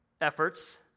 efforts